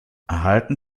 erhalten